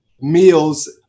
meals